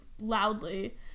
loudly